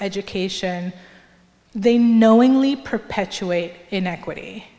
education they knowingly perpetuate inequity